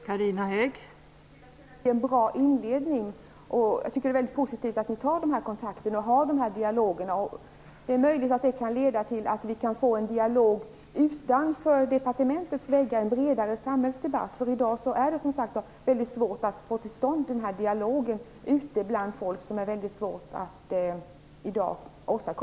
Fru talman! Det tycker jag är en bra inledning. Jag tycker att det är väldigt positivt att ni tar de här kontakterna och att ni för den här dialogen. Det är möjligt att det kan leda till att vi får en dialog utanför departementets väggar, en bredare samhällsdebatt. I dag är det som sagt väldigt svårt att få till stånd den här dialogen ute bland folk.